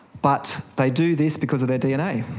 but they do this because of their dna.